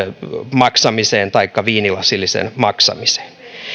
maksamiseen taikka viinilasillisen maksamiseen